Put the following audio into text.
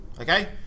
Okay